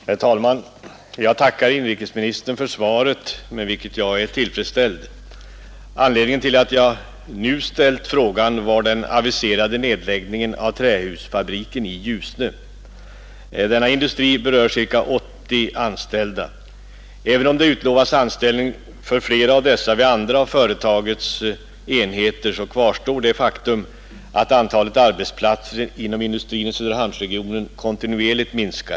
Herr talman! Jag tackar inrikesministern för svaret, med vilket jag är tillfredsställd. Anledningen till att jag nu ställt frågan är den aviserade nedläggningen av trähusfabriken i Ljusne. Denna industri berör cirka 80 anställda. Även om det utlovas anställning för flera av dessa vid andra av företagets enheter kvarstår det faktum att antalet arbetsplatser i Söderhamnsregionen kontinuerligt minskar.